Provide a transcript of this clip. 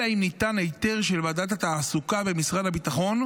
אלא אם ניתן היתר של ועדת התעסוקה במשרד הביטחון.